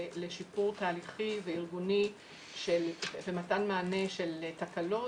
לשיפור תהליכי וארגוני ומתן מענה של תקלות,